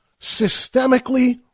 systemically